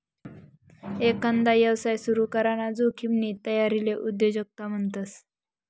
एकांदा यवसाय सुरू कराना जोखिमनी तयारीले उद्योजकता म्हणतस